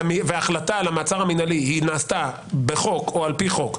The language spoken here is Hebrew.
וההחלטה על המעצר המינהלי נעשתה בחוק או על פי חוק,